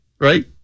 right